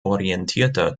orientierter